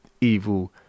evil